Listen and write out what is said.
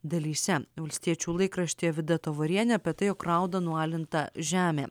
dalyse valstiečių laikraštyje vida tavorienė apie tai rauda nualinta žemė